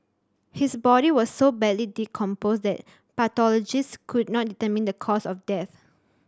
his body was so badly decomposed that pathologists could not determine the cause of death